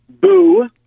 Boo